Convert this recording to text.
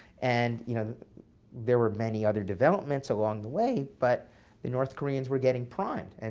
and you know there were many other developments along the way, but the north koreans were getting primed. and